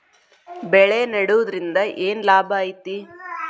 ಬೆಳೆ ನೆಡುದ್ರಿಂದ ಏನ್ ಲಾಭ ಐತಿ?